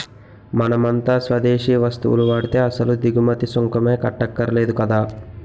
మనమంతా స్వదేశీ వస్తువులు వాడితే అసలు దిగుమతి సుంకమే కట్టక్కర్లేదు కదా